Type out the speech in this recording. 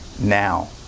now